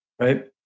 right